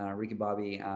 um ricky, bobby.